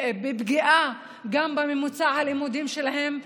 בפגיעה גם בממוצע הלימודים שלהם,